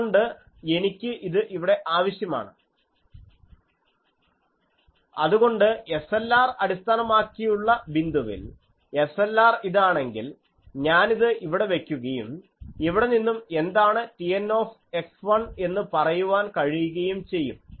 അതുകൊണ്ട് എനിക്ക് ഇത് ഇവിടെ ആവശ്യമാണ് അതുകൊണ്ട് SLR അടിസ്ഥാനമാക്കിയുള്ള ബിന്ദുവിൽ SLR ഇതാണെങ്കിൽ ഞാനിത് ഇവിടെ വയ്ക്കുകയും ഇവിടെനിന്നും എന്താണ് TN എന്ന് പറയുവാൻ കഴിയുകയും ചെയ്യും